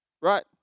Right